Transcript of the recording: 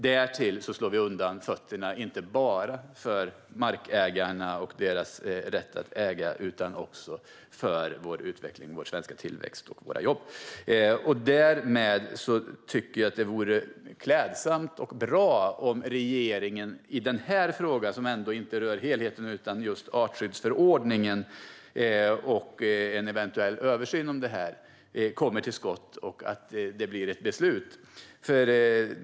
Därtill slår vi undan benen inte bara för markägarna och deras rätt att äga utan också för vår utveckling, vår svenska tillväxt och våra jobb. Därmed tycker jag att det vore klädsamt och bra om regeringen i den här frågan, som ändå inte rör helheten utan just artskyddsförordningen och en eventuell översyn av det här, kommer till skott och att det blir ett beslut.